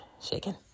shaking